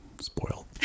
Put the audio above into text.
Spoiled